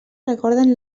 recorden